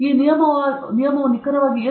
ಈ ನಿಯಮವು ನಿಖರವಾಗಿ ಏನು